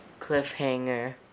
Cliffhanger